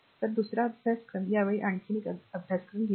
आता दुसरा अभ्यासक्रम या वेळी आणखी एक अभ्यासक्रम घेतला